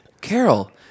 Carol